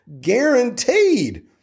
Guaranteed